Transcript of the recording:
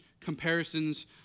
comparisons